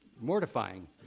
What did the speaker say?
mortifying